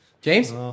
James